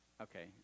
okay